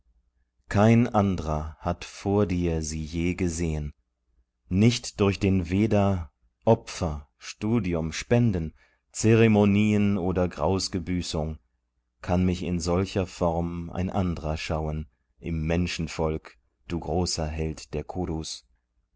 kein andrer hat vor dir sie je gesehen nicht durch den veda opfer studium spenden zeremonien oder graus'ge büßung kann mich in solcher form ein andrer schauen im menschenvolk du großer held der kurus